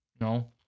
No